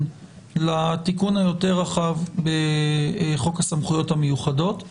לתיקון היותר רחב בחוק הסמכויות המיוחדות.